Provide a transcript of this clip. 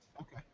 Okay